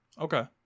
Okay